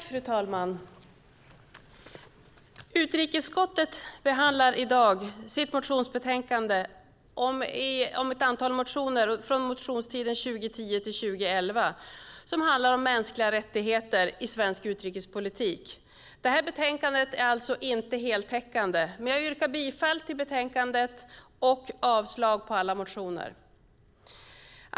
Fru talman! Utrikesutskottet behandlar i dag i sitt motionsbetänkande ett antal motioner från den allmänna motionstiden 2010 och 2011 om mänskliga rättigheter i svensk utrikespolitik. Det här betänkandet är alltså inte heltäckande, men jag yrkar bifall till förslaget i betänkandet och avslag på alla motioner.